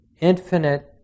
infinite